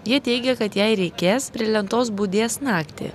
jie teigia kad jei reikės prie lentos budės naktį